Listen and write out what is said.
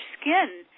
skin